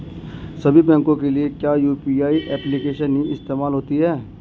सभी बैंकों के लिए क्या यू.पी.आई एप्लिकेशन ही इस्तेमाल होती है?